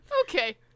Okay